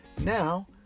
now